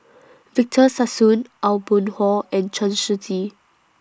Victor Sassoon Aw Boon Haw and Chen Shiji